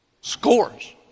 Scores